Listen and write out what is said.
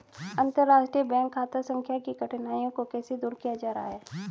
अंतर्राष्ट्रीय बैंक खाता संख्या की कठिनाइयों को कैसे दूर किया जा रहा है?